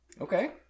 Okay